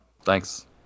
Thanks